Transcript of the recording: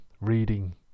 reading